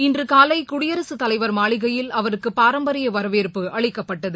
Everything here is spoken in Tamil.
இன்று காலை குடியரசுத் தலைவர் மாளிகையில் அவருக்கு பாரம்பரிய வரவேற்பு அளிக்கப்பட்டது